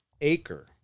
acre